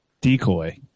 decoy